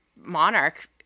monarch